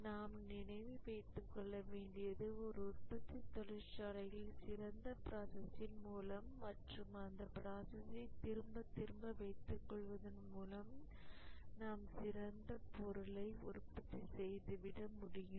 நாம் நினைவு வைத்துக் கொள்ளவேண்டியது ஓர் உற்பத்தி தொழிற்சாலையில் சிறந்த ப்ராசஸ்ஸின் மூலம் மற்றும் அந்த ப்ராசஸ்ஸை திரும்பத் திரும்ப கைக்கொள்வதன் மூலம் நாம் சிறந்த பொருளை உற்பத்தி செய்துவிட முடியும்